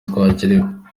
twagiriwe